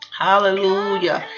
hallelujah